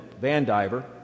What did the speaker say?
Vandiver